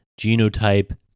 genotype